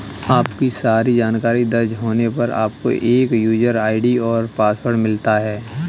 आपकी सारी जानकारी दर्ज होने पर, आपको एक यूजर आई.डी और पासवर्ड मिलता है